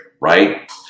right